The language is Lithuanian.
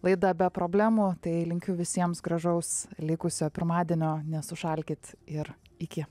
laida be problemų tai linkiu visiems gražaus likusio pirmadienio nesušalkit ir iki